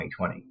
2020